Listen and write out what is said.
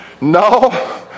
no